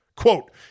Quote